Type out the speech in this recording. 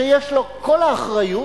שיש לו כל האחריות,